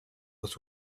was